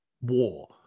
war